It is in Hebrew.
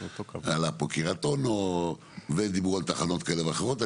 עלה פה קרית אונו ודיברו על תחנות כאלה ואחרות.